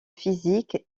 physique